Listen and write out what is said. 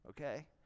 Okay